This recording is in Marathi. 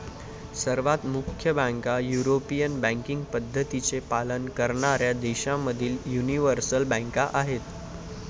सर्व प्रमुख बँका युरोपियन बँकिंग पद्धतींचे पालन करणाऱ्या देशांमधील यूनिवर्सल बँका आहेत